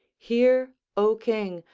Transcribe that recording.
hear, o king,